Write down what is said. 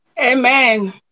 amen